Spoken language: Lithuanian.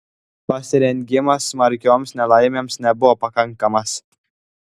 pasirengimas smarkioms nelaimėms nebuvo pakankamas